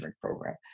program